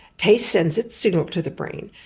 taste sends its signal to the brain,